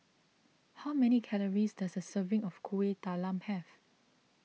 how many calories does a serving of Kuih Talam have